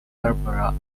barbara